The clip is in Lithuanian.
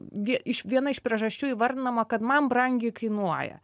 vie iš viena iš priežasčių įvardinama kad man brangiai kainuoja